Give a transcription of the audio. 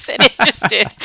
interested